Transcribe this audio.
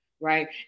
Right